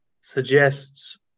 suggests